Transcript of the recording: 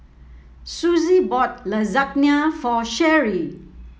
Suzie bought Lasagna for Sheree